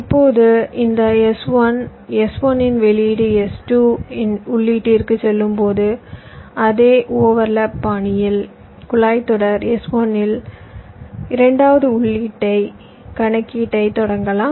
இப்போது இந்த S1 S1 இன் வெளியீடு S2 இன் உள்ளீட்டிற்குச் செல்லும்போது அதே ஓவர் லேப் பாணியில் குழாய் தொடர் S1 இல் இரண்டாவது உள்ளீட்டு கணக்கீட்டைத் தொடங்கலாம்